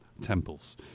Temples